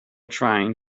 trying